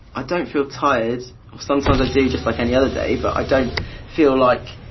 i don't feel tired, or sometimes i do, just like any other day, but i don't feel like.